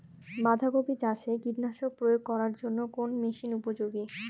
বাঁধা কপি চাষে কীটনাশক প্রয়োগ করার জন্য কোন মেশিন উপযোগী?